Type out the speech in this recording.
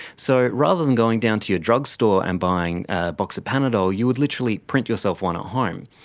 so rather than going down to your drugstore and buying a box of panadol, you would literally print yourself one at home.